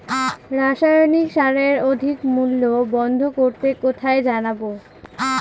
রাসায়নিক সারের অধিক মূল্য বন্ধ করতে কোথায় জানাবো?